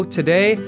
today